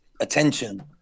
attention